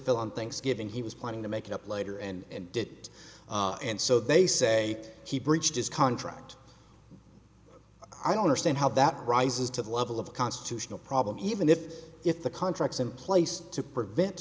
fell on thanksgiving he was planning to make it up later and did it and so they say he breached his contract i don't understand how that rises to the level of constitutional problem even if if the contracts in place to prevent